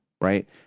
right